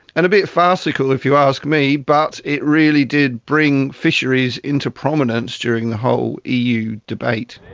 and a bit farcical if you ask me, but it really did bring fisheries into prominence during the whole eu debate.